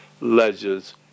Ledger's